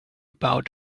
about